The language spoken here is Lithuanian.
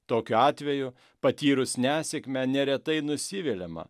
tokiu atveju patyrus nesėkmę neretai nusiviliama